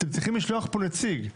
אתם צריכים לשלוח לפה נציג.